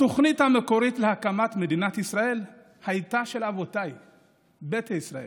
התוכנית המקורית להקמת מדינת ישראל הייתה של אבות ביתא ישראל.